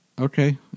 Okay